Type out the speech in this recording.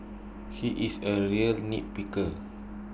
he is A real nitpicker